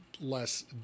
less